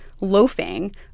loafing